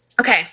Okay